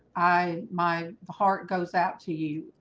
i my heart goes out to you